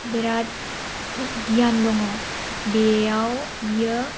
बेराद गियान दङ बेयाव बियो